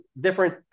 different